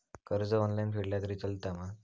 कर्ज ऑनलाइन फेडला तरी चलता मा?